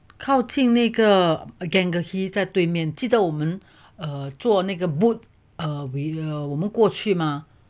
靠近那个 gangehi 在对面记得我们 err 做那个 boat err we err 我们过去嘛